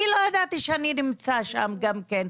אני לא ידעתי שאני נמצא שם גם כן,